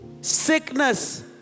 sickness